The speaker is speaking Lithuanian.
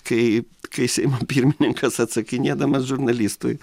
kai kai seimo pirmininkas atsakinėdamas žurnalistui